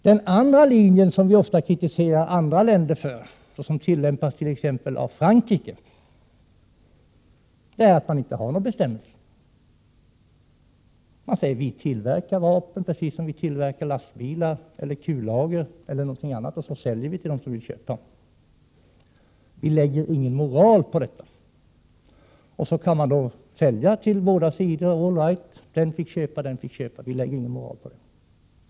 Den andra linjen, som vi ofta kritiserar andra länder för och som tillämpas t.ex. av Frankrike, är att man inte har några bestämmelser. Man säger: Vi tillverkar vapen, precis som vi tillverkar lastbilar eller kullager eller någonting annat, och så säljer vi till dem som vill köpa och lägger inga moraliska aspekter på detta. Sedan kan man sälja till båda sidor.